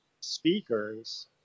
speakers